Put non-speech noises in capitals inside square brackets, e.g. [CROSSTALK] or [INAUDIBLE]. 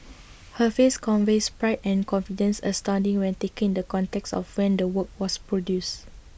[NOISE] her face conveys pride and confidence astounding when taken in the context of when the work was produced